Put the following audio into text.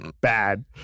bad